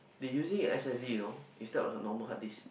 they using a S_S_D you know instead of normal hard disk